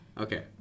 Okay